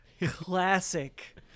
classic